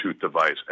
device